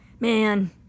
Man